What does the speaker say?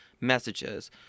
messages